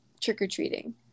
trick-or-treating